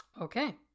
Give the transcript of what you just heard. Okay